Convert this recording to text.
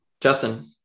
Justin